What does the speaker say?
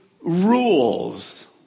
rules